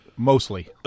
Mostly